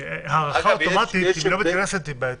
הארכה אוטומטית אם היא לא מתכנסת היא בעייתית.